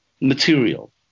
material